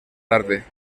tarde